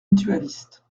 mutualistes